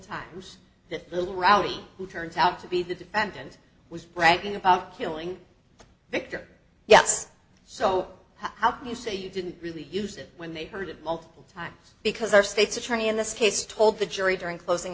times that the rally who turns out to be the defendant was bragging about killing victor yes so how can you say you didn't really use it when they heard it multiple times because our state's attorney in this case told the jury during closing